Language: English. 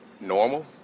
normal